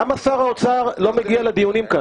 למה שר האוצר לא מגיע לדיונים כאן?